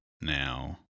Now